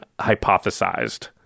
hypothesized